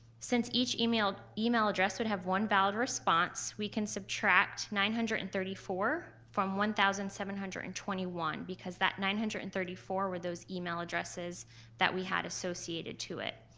since each email email address would have one valid response we can subtract nine hundred and thirty four from one thousand seven hundred and twenty one because that nine hundred and thirty four were those email addresses that we had associated to it.